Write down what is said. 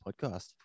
podcast